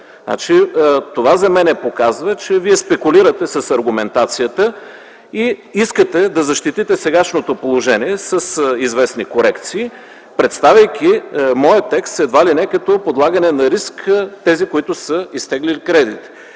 Това за мен показва, че Вие спекулирате с аргументацията и искате да защитите сегашното положение с известни корекции, представяйки моя текст едва ли не като подлагане на риск на тези, които са изтеглили кредит.